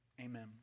amen